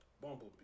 Bumblebee